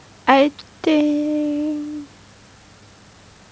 I think